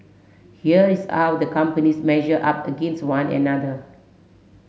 here is the companies measure up against one another